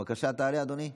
בבקשה תעלה, אדוני.